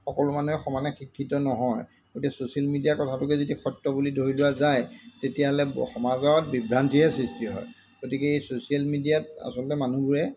সকলো মানুহে সমানে শিক্ষিত নহয় গতিকে ছ'চিয়েল মিডিয়াৰ কথাটোকে যদি সত্য বুলি ধৰি লোৱা যায় তেতিয়াহ'লে সমাজত বিভ্ৰান্তিহে সৃষ্টি হয় গতিকে এই ছ'চিয়েল মিডিয়াত আচলতে মানুহবোৰে